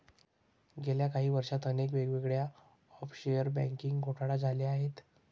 गेल्या काही वर्षांत अनेक वेगवेगळे ऑफशोअर बँकिंग घोटाळे झाले आहेत